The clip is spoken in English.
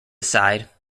aside